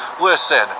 Listen